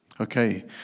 Okay